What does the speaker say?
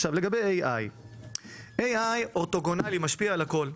עכשיו לגבי AI. AI אורתוגונלי משפיע על הכול,